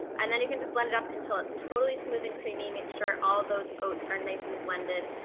and then you can just blend it up until it's totally smooth and creamy, make sure all those oats are nice and blended.